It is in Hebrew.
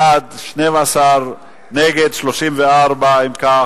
בעד, 12, נגד, 34. אם כך,